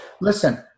Listen